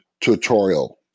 tutorial